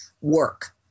work